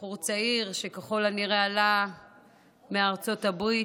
בחור צעיר שככל הנראה עלה מארצות הברית.